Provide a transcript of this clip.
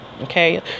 Okay